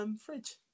fridge